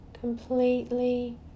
Completely